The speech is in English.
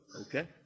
Okay